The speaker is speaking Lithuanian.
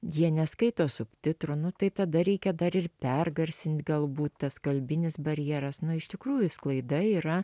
jie neskaito subtitrų nu tai tada reikia dar ir pergarsint galbūt tas kalbinis barjeras nu iš tikrųjų sklaida yra